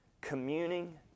communing